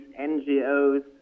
NGOs